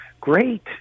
Great